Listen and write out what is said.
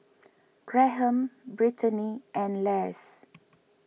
Graham Brittaney and Lars